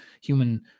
human